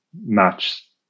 match